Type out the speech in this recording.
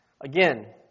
Again